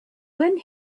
when